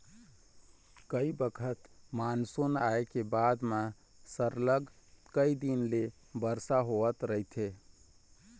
कइ बखत मानसून आए के बाद म सरलग कइ दिन ले बरसा होवत रहिथे